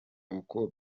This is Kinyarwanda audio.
uko